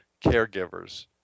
caregivers